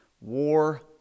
War